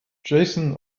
jason